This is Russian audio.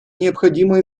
необходимо